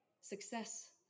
success